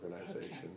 organization